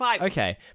Okay